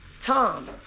Tom